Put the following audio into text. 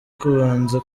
kubanza